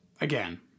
Again